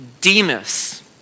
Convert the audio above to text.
Demas